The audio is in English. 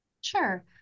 Sure